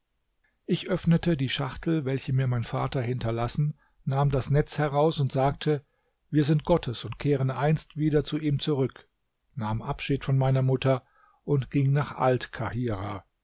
ich öffnete die schachtel welche mir mein vater hinterlassen nahm das netz heraus sagte wir sind gottes und kehren einst wieder zu ihm zurück nahm abschied von meiner mutter und ging nach